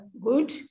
good